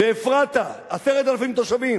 באפרתה, 10,000 תושבים.